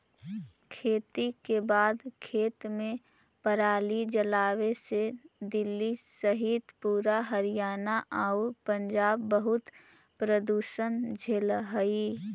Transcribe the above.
खेती के बाद खेत में पराली जलावे से दिल्ली सहित पूरा हरियाणा आउ पंजाब बहुत प्रदूषण झेलऽ हइ